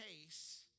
case